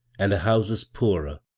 and the houses poorer,